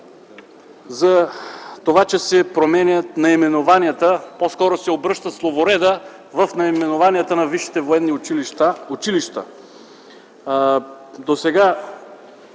за това, че се променят наименованията, по-скоро се обръща словоредът в наименованията на висшите